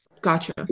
gotcha